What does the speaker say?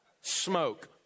Smoke